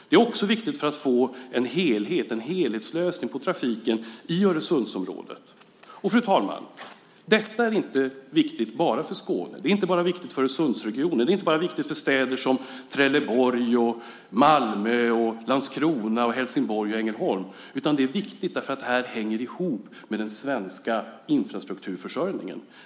Det är också viktigt för att få en helhetslösning för trafiken i Öresundsområdet. Fru talman! Detta är inte viktigt bara för Skåne. Det är inte viktigt bara för Öresundsregionen. Det är inte viktigt bara för städer som Trelleborg, Malmö, Landskrona, Helsingborg och Ängelholm, utan det är viktigt därför att det här hänger ihop med den svenska infrastrukturförsörjningen.